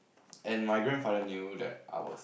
and my grandfather knew that I was